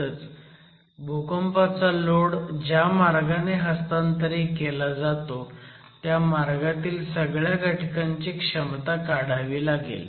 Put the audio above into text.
तसंच भूकंपाचा लोड ज्या मार्गाने हस्तांतरित केला जातो त्या मार्गातील सगळ्या घटकांची क्षमता काढावी लागेल